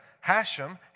Hashem